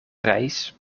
reis